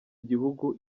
igihugu